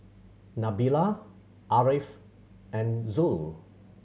Nabila Ariff and Zul